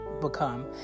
become